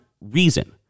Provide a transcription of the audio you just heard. reason